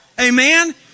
Amen